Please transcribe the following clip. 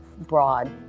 broad